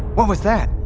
what was that?